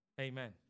Amen